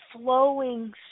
flowing